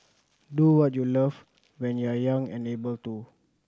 do what you love when you are young and able to